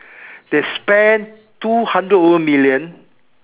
they spent two hundred over million